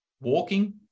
walking